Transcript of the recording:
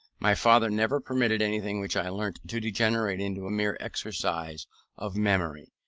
my father never permitted anything which i learnt to degenerate into a mere exercise of memory.